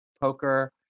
poker